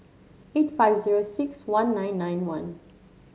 eight five zero six one nine nine one